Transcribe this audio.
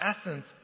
essence